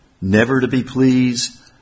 never-to-be-pleased